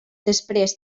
després